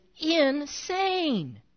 Insane